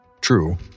True